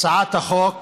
הצעת החוק